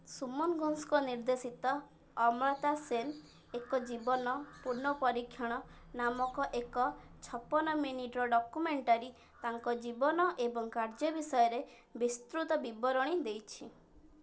ସୁମନ ଘୋଷଙ୍କ ନିର୍ଦ୍ଦେଶିତ ଅମର୍ତା ସେନ୍ ଏକ ଜୀବନ ପୁନ ପରୀକ୍ଷଣ ନାମକ ଏକ ଛପନ ମିନିଟ୍ର ଡକ୍ୟୁମେଣ୍ଟାରୀ ତାଙ୍କ ଜୀବନ ଏବଂ କାର୍ଯ୍ୟ ବିଷୟରେ ବିସ୍ତୃତ ବିବରଣୀ ଦେଇଛି